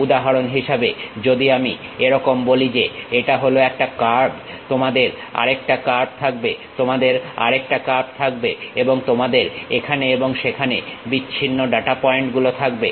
উদাহরণ হিসেবে যদি আমি এরকম বলি যে এটা হলো একটা কার্ভ তোমাদের আরেকটা কার্ভ থাকবে তোমাদের আরেকটা কার্ভ থাকবে এবং তোমাদের এখানে এবং সেখানে বিচ্ছিন্ন ডাটা পয়েন্টগুলো থাকবে